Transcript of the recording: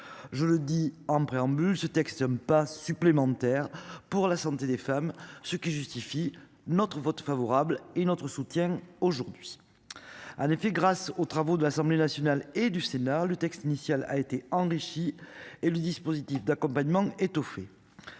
Je le dit en préambule, ce texte un pas supplémentaire pour la santé des femmes ce qui justifie notre vote favorable et notre soutien aujourd'hui. En effet, grâce aux travaux de l'Assemblée nationale et du Sénat, le texte initial a été enrichi et le dispositif d'accompagnement étoffé.